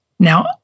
Now